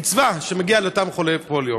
לקצבה שמגיעה לחולי פוליו.